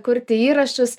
kurti įrašus